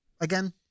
again